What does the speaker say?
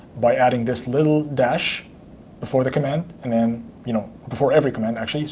by adding this little dash before the command and and you know before every command, actually.